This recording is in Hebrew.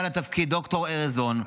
לתפקיד מונה ד"ר ארז און,